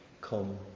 come